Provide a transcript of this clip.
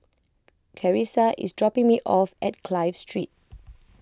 Charissa is dropping me off at Clive Street